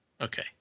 Okay